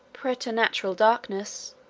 preternatural darkness,